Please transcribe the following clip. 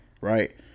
right